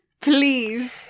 please